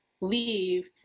leave